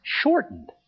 shortened